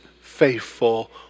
faithful